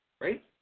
Right